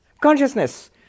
consciousness